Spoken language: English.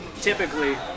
typically